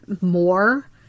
more